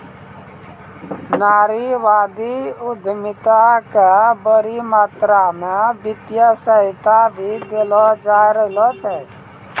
नारीवादी उद्यमिता क बड़ी मात्रा म वित्तीय सहायता भी देलो जा रहलो छै